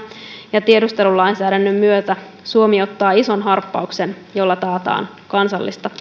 ja tiedustelulainsäädännön myötä suomi ottaa ison harppauksen jolla taataan kansallista